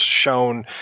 shown